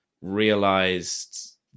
realized